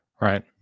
Right